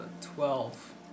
twelve